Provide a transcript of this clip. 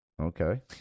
okay